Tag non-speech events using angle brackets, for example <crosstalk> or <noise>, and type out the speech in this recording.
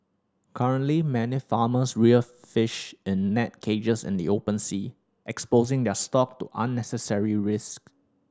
currently many farmers rear <unintelligible> fish in net cages in the open sea exposing their stock to unnecessary risk